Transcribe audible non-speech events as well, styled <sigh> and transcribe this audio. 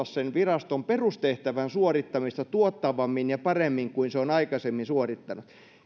<unintelligible> sen viraston perustehtävän suorittamista tuottavammin ja paremmin kuin se on aikaisemmin suorittanut